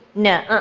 no, uh-uh.